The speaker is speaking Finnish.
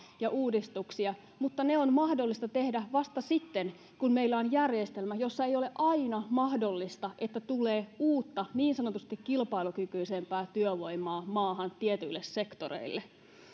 ja uudistuksia mutta ne on mahdollista tehdä vasta sitten kun meillä on järjestelmä jossa ei ole mahdollista että tulee aina uutta niin sanotusti kilpailukykyisempää työvoimaa maahan tietyille sektoreille